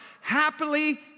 happily